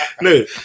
No